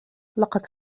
لقد